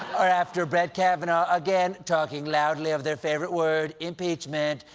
are after brett kavanaugh again, talking loudly of their favorite word, impeachment.